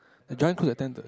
Giant close at ten thir~